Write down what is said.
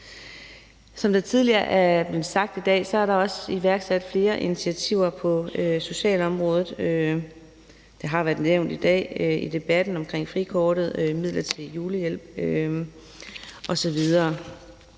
Som der tidligere er blevet sagt i dag, er der også iværksat flere initiativer på socialområdet. Der er i dag i debatten blevet nævnt frikortet, midlertidig julehjælp osv.